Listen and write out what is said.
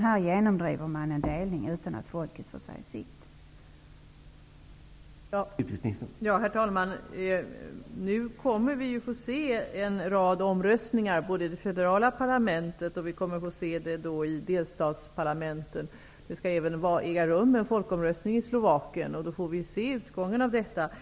Här genomdriver man en delning utan att folket har fått säga sitt.